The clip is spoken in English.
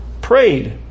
prayed